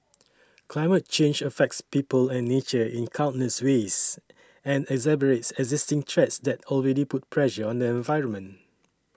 climate change affects people and nature in countless ways and exacerbates existing threats that already put pressure on the environment